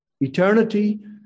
Eternity